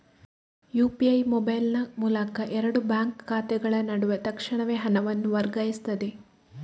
UPI ಮೊಬೈಲಿನ ಮೂಲಕ ಎರಡು ಬ್ಯಾಂಕ್ ಖಾತೆಗಳ ನಡುವೆ ತಕ್ಷಣವೇ ಹಣವನ್ನು ವರ್ಗಾಯಿಸ್ತದೆ